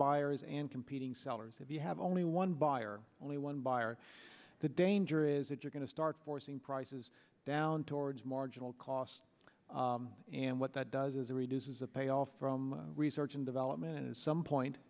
buyers and competing sellers if you have only one buyer only one buyer the danger is that you're going to start forcing prices down towards marginal cost and what that does is it reduces the payoff from research and development and in some point